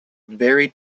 very